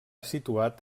situat